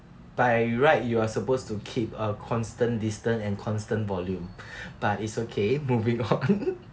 by right you're supposed to keep a constant distance and constant volume but it's okay moving on